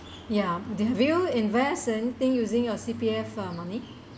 ya did you invest anything using your C_P_F uh money